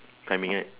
timing right